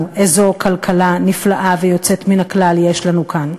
איזו כלכלה נפלאה ויוצאת מן הכלל יש לנו כאן.